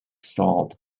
stalled